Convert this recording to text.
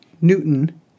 Newton